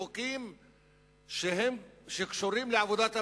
מחוקים שקשורים לעבודת הבית,